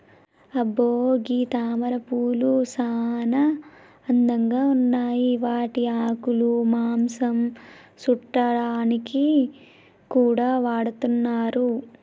అబ్బో గీ తామరపూలు సానా అందంగా ఉన్నాయి వాటి ఆకులు మాంసం సుట్టాడానికి కూడా వాడతున్నారు